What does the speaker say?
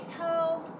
toe